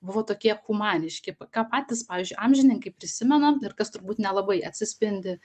buvo tokie humaniški ką patys pavyzdžiui amžininkai prisimena ir kas turbūt nelabai atsispindi